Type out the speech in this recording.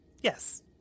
Yes